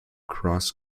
cross